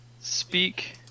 speak